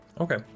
Okay